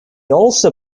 also